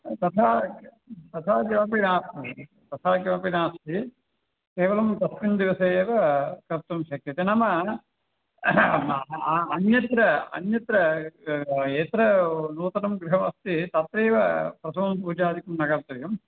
तथा तथा किमपि नास्ति तथा किमपि नास्ति केवलं तस्मिन् दिवसे एव कर्तुं शक्यते नाम अन्यत्र अन्यत्र यत्र नूतनं गृहमस्ति तत्रैव प्रथमं पूजादिकं न कर्तव्यम्